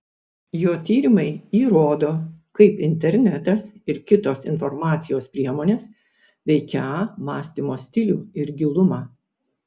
jo tyrimai įrodo kaip internetas ir kitos informacijos priemonės veikią mąstymo stilių ir gilumą